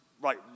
right